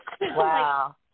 Wow